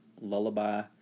Lullaby